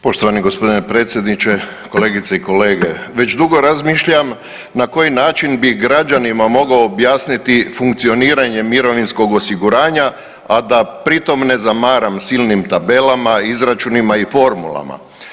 Poštovani gospodine predsjedniče, kolegice i kolege, već dugo razmišljam na koji bi način građanima mogao objasniti funkcioniranje mirovinskog osiguranja, a da pri tom ne zamaram silnim tabelama, izračunima i formulama.